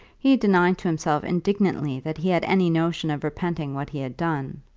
he denied to himself indignantly that he had any notion of repenting what he had done.